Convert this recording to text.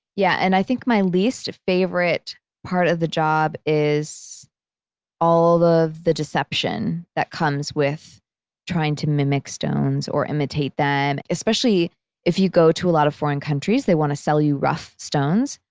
yeah and i think my least favorite part of the job is all of the deception that comes with trying to mimic stones or imitate them. especially if you go to a lot of foreign countries they want to sell you rough stones,